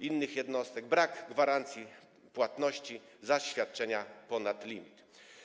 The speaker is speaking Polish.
innych jednostek, brak gwarancji uzyskania płatności za świadczenia ponad limit.